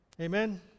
Amen